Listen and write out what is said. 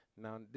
Now